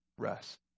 rest